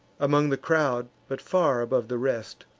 among the crowd, but far above the rest,